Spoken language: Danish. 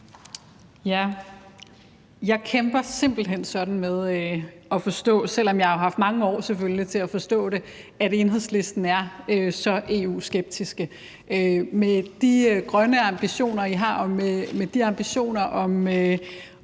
Jeg kæmper simpelt hen sådan med at forstå – selv om jeg jo selvfølgelig har haft mange år til at forstå det – at man i Enhedslisten er så EU-skeptiske. Med de grønne ambitioner, man har, og med de ambitioner om